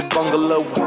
Bungalow